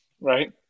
Right